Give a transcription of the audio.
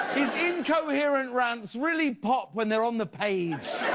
his incoherent rants really pop when they are on the page.